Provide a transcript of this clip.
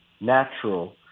natural